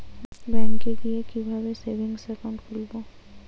ব্যাঙ্কে গিয়ে কিভাবে সেভিংস একাউন্ট খুলব?